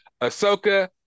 Ahsoka